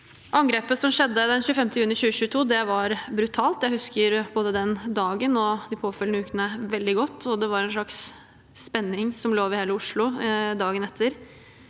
Angrepet som skjedde den 25. juni 2022, var brutalt. Jeg husker både den dagen og de påfølgende ukene veldig godt. Det var en spenning som lå over hele Oslo dagen etter.